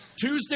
Tuesday